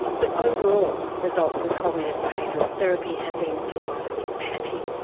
but overall results with cognitive behavioural therapy have been decidedly patchy.